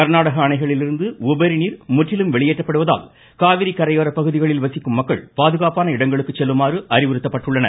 கர்நாடக அணைகளிலிருந்து உபரிநீர் முற்றிலும் வெளியேற்றப்படுவதால் காவிரிக்கரையோர பகுதிகளில் வசிக்கும் மக்கள் பாதுகாப்பான இடங்களுக்கு செல்லுமாறு அறிவுறுத்தப்பட்டுள்ளனர்